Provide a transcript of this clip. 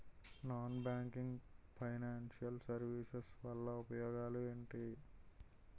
Non banking financial services వల్ల ఉపయోగాలు ఎంటి?